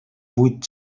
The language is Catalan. vuit